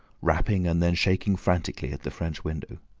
rapping and then shaking frantically at the french window.